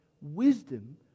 wisdom